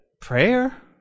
Prayer